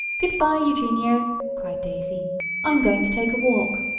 goodbye, eugenio! cried daisy i'm going to take a walk.